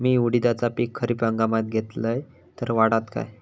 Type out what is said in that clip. मी उडीदाचा पीक खरीप हंगामात घेतलय तर वाढात काय?